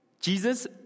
Jesus